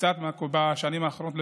קצת נתונים מהשנים האחרונות,